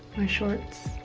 my shorts.